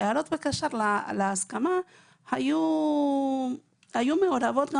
ההערות בקשר להסכמה היו מעורבות גם